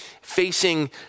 facing